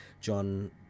John